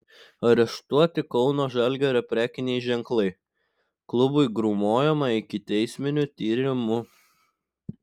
areštuoti kauno žalgirio prekiniai ženklai klubui grūmojama ikiteisminiu tyrimu